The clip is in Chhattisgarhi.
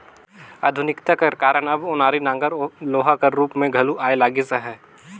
आधुनिकता कर कारन अब ओनारी नांगर लोहा कर रूप मे घलो आए लगिस अहे